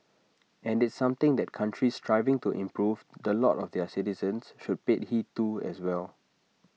and it's something that countries striving to improve the lot of their citizens should pay heed to as well